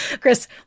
Chris